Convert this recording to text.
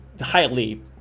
highly